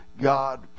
God